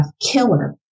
killer